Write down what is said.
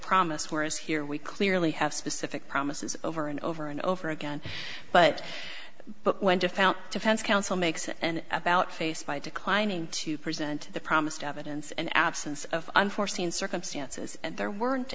promise for us here we clearly have specific promises over and over and over again but but when to found defense counsel makes an about face by declining to present the promised evidence and absence of unforeseen circumstances and there weren't